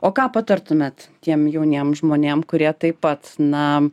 o ką patartumėt tiem jauniem žmonėm kurie taip pat na